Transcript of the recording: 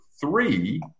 three